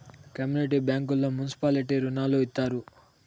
community బ్యాంకుల్లో municipality రుణాలు ఇత్తారు